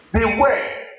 Beware